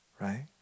right